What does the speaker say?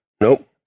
Nope